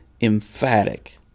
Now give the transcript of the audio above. emphatic